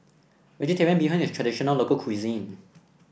vegetarian Bee Hoon is a traditional local cuisine